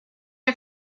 are